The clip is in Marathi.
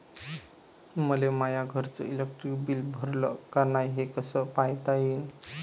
मले माया घरचं इलेक्ट्रिक बिल भरलं का नाय, हे कस पायता येईन?